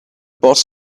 boss